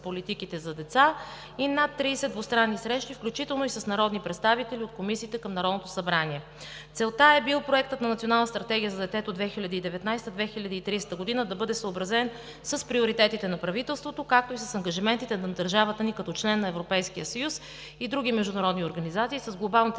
политиките за децата, и над 30 двустранни срещи, включително и с народни представители от комисиите към Народното събрание. Целта е била Проектът за Национална стратегия за детето 2019 – 2030 г. да бъде съобразен с приоритетите на правителството, както и с ангажиментите на държавата ни като член на Европейския съюз и други международни организации, с глобалните